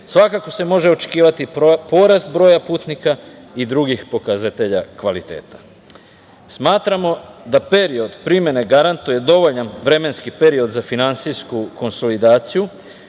svakako se može očekivati porast broja putnika i drugih pokazatelja kvaliteta. Smatramo da period primene garantuje dovoljan vremenski period za finansijsku konsolidaciju,